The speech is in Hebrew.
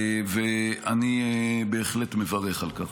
ואני בהחלט מברך על כך.